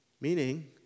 meaning